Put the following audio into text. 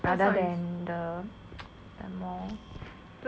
rather than the more